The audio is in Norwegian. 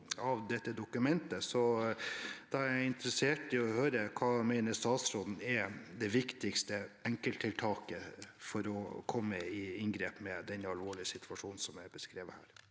i dette dokumentet. Da er jeg interessert i å høre: Hva mener statsråden er det viktigste enkelttiltaket for å komme i inngrep med den alvorlige situasjonen som er beskrevet her?